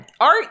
art